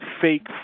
fake